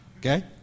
Okay